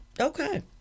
Okay